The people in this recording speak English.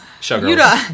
sugar